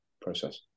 process